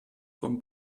vom